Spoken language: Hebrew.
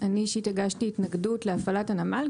אני אישית הגשתי התנגדות להפעלת הנמל,